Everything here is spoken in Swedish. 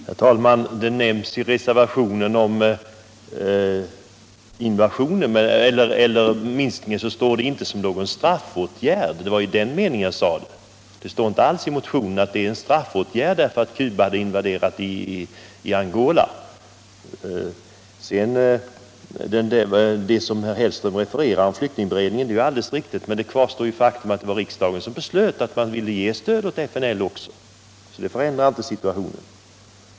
Herr talman! Den föreslagna minskningen omnämns inte i reservationen som en straffåtgärd därför att Cuba invaderade Angola. Det är inte heller så mitt yttrande skall tolkas. Vad herr Hellström sade om flyktingberedningen är riktigt, men faktum kvarstår att det var riksdagen som beslöt att man skulle ge stöd till FNLA. Det förändrar alltså inte situationen.